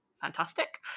fantastic